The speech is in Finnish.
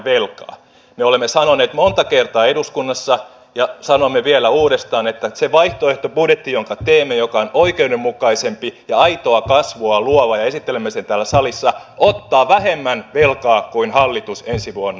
me olemme sanoneet monta kertaa eduskunnassa ja sanomme vielä uudestaan että se vaihtoehtobudjetti jonka teemme ja joka on oikeudenmukaisempi ja aitoa kasvua luova ja jonka esittelemme täällä salissa ottaa vähemmän velkaa kuin hallitus ensi vuonna